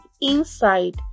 inside